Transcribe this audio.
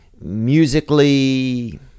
musically